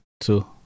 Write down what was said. two